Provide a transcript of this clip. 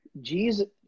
Jesus –